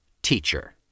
Teacher